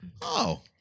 oh-